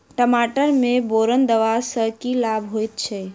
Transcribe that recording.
टमाटर मे बोरन देबा सँ की लाभ होइ छैय?